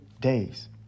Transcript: days